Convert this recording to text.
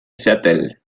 seattle